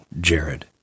Jared